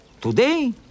Today